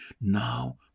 Now